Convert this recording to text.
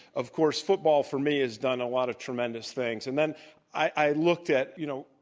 of course, football for me has done a lot of tremendous things. and then i looked at, you know,